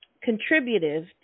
contributive